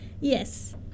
Yes